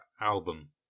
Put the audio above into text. album